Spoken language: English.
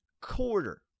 quarter